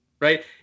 Right